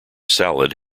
salad